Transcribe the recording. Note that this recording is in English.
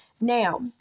Now